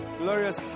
glorious